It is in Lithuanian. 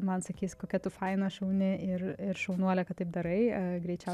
man sakys kokia tu faina šauni ir ir šaunuolė kad taip darai greičiau